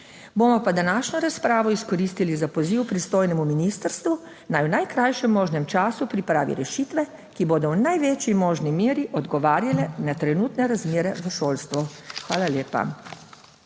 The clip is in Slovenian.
Bomo pa današnjo razpravo izkoristili za poziv pristojnemu ministrstvu, naj v najkrajšem možnem času pripravi rešitve, ki bodo v največji možni meri odgovarjale na trenutne razmere v šolstvu. Hvala lepa.